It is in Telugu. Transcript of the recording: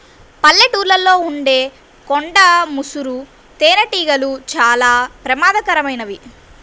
పల్లెటూళ్ళలో ఉండే కొండ ముసురు తేనెటీగలు చాలా ప్రమాదకరమైనవి